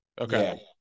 okay